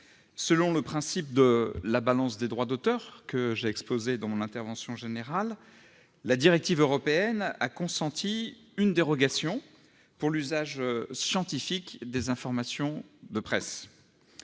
Selon le principe de la balance des droits d'auteurs, que j'exposais lors de la discussion générale, la directive européenne a consenti une dérogation pour l'usage scientifique des informations de presse.